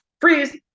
freeze